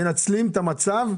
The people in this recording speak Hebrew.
מנצלים את המצב.